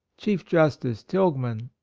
chief justice tilghman,